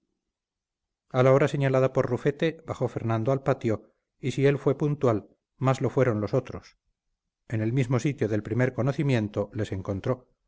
a la hora señalada por rufete bajó fernando al patio y si él fue puntual más lo fueron los otros en el mismo sitio del primer conocimiento les encontró